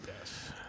Yes